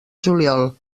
juliol